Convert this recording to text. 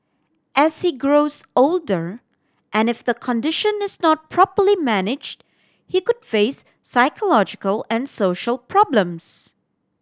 as he grows older and if the condition is not properly managed he could face psychological and social problems